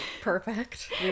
Perfect